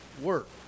work